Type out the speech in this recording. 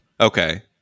Okay